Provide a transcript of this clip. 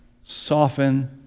Soften